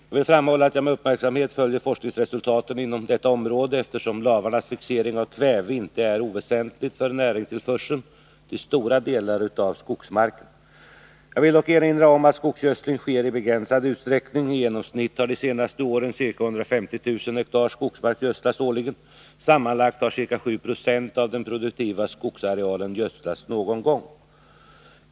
Jag vill framhålla att jag med uppmärksamhet följer forskningsresultaten inom detta område eftersom lavarnas fixering av kväve inte är oväsentligt för näringstillförseln till stora delar av skogsmarken. Jag vill dock erinra om att skogsgödsling sker i begränsad utsträckning. I genomsnitt har under de senaste åren ca 150 000 hektar skogsmark gödslats årligen. Sammanlagt har ca 7 26 av den produktiva skogsarealen gödslats någon gång.